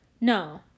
No